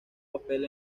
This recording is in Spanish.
papel